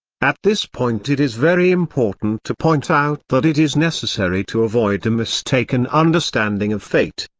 at this point it is very important to point out that it is necessary to avoid a mistaken understanding of fate.